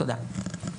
תודה.